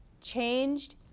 changed